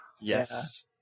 Yes